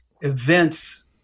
events